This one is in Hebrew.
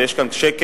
ויש כאן שקט,